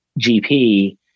GP